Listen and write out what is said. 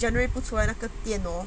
january 不出 hor 那个点 hor